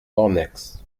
ornex